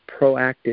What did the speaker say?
proactive